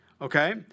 Okay